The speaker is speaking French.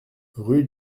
rue